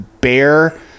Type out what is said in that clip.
bear